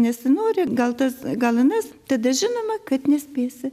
nesinori gal tas gal anas tada žinoma kad nespėsi